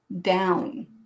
down